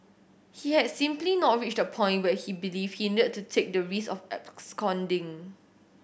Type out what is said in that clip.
he had simply not reached the point where he believed he needed to take the risk of absconding